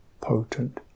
potent